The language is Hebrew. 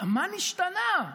מה נשתנה?